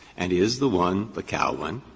and is the one, the cow one,